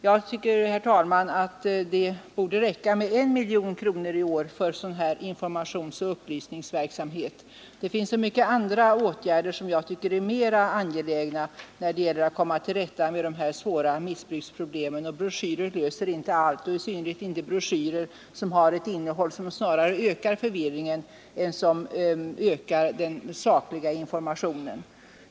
Jag anser, herr talman, att det i år borde räcka med 1 miljon kronor för informationsoch upplysningsverksamhet. Det finns så många andra åtgärder som jag tycker är mera angelägna när det gäller att komma till rätta med de svåra missbruksproblemen. Broschyrer löser inte alla problem, i synnerhet inte broschyrer vilkas innehåll snarare ökar förvirringen än bidrar till den sakliga informationen.